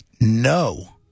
No